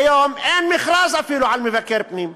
כיום אין מכרז אפילו על מבקר פנים.